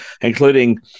including